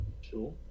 Sure